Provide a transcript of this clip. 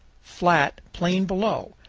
flat plain below,